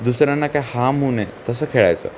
दुसऱ्यांना काय हाम होऊ नये तसं खेळायचं